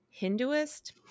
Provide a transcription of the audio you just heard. Hinduist